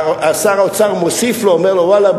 שר האוצר מוסיף לו ואומר לו: ואללה,